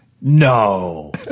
no